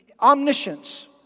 Omniscience